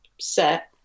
set